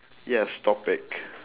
yes topic